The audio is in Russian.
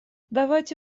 давайте